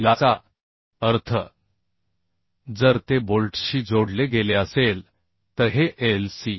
याचा अर्थ जर ते बोल्ट्सशी जोडले गेले असेल तर हे Lc